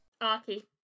Aki